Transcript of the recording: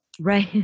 Right